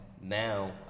now